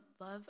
love